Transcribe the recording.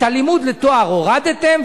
את הלימוד לתואר הורדתם,